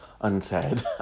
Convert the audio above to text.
unsaid